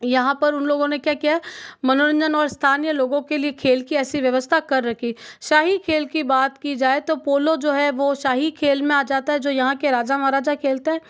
यहाँ पर उन लोगों ने क्या किया मनोरंजन और स्थानीय लोगों के लिए खेल की ऐसी व्यवस्था कर रखी शाही खेल की बात की जाए तो पोलो जो है वह शाही खेल में आ जाता है जो यहाँ के राजा महाराजा खेलते हैं